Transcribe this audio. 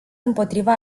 împotriva